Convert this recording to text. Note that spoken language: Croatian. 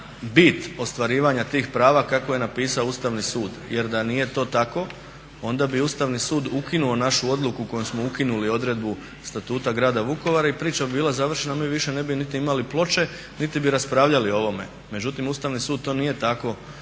bit ostvarivanja tih prava kako je napisao Ustavni sud. Jer da nije to tako onda bi Ustavni sud ukinuo našu odluku kojom smo ukinuli odredbu Statuta Grada Vukovara i priča bi bila završena i mi više ne bi niti imali ploče niti bi raspravljali o ovome. Međutim, Ustavni sud to nije tako